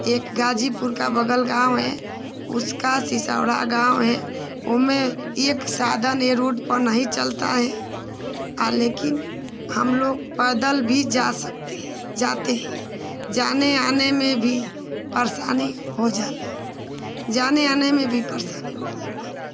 एक गाज़ीपुर का बगल गाँव है उसका सिसौड़ा गाँव है उसमें एक साधन रोड पर नहीं चलता है और लेकिन हमलोग पैदल भी जा सकते हैं जाते हैं जाने आने में भी परेशानी हो जाला जाने आने में भी परेशानी हो जाला